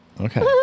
Okay